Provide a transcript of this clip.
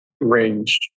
range